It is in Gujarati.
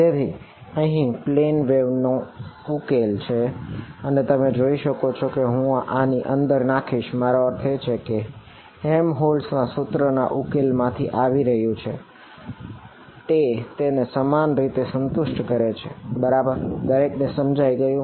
તેથી અહીં આ પ્લેન વેવ ના સૂત્રના ઉકેલ માંથી આવી રહ્યું છે તે તેને સમાન રીતે સંતુષ્ટ કરે છે બરાબર દરેકને સમજાઈ ગયું